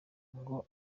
ngo